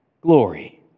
glory